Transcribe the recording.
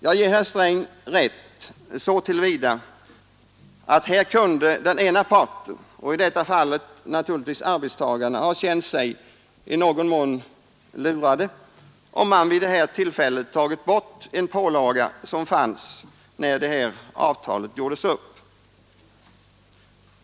Jag ger herr Sträng rätt så till vida att här kunde den ena parten — i detta fall naturligtvis arbetstagarna — känt sig i någon mån lurade om man vid det tillfället tagit bort en pålaga som fanns när avtalet gjordes upp.